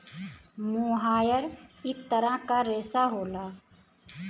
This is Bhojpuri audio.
मोहायर इक तरह क रेशा होला